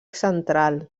central